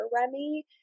Remy